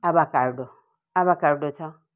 avocado avocado छ